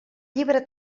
llibre